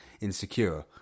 insecure